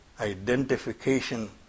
identification